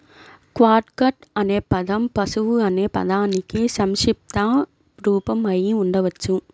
catgut అనే పదం పశువు అనే పదానికి సంక్షిప్త రూపం అయి ఉండవచ్చు